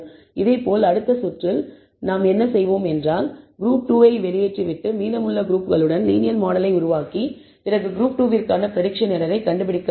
இதேபோல் அடுத்த சுற்றில் நாம் என்ன செய்வோம் என்றால் குரூப் 2 ஐ வெளியேற்றிவிட்டு மீதமுள்ள குரூப்களுடன் லீனியர் மாடலை உருவாக்கி பிறகு குரூப் 2 விற்கான பிரடிக்சன் எரர் ஐ கண்டுபிடிக்க வேண்டும்